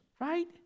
right